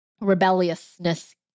rebelliousness